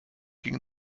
ging